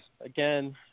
again